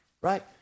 right